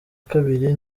kabiri